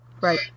right